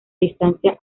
distancia